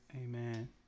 Amen